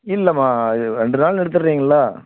இல்லைம்மா ரெண்டு நாள் எடுத்துடுறீங்களா